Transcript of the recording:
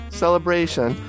celebration